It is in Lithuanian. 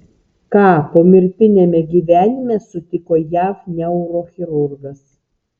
ką pomirtiniame gyvenime sutiko jav neurochirurgas